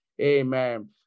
Amen